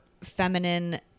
feminine